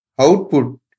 output